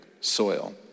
soil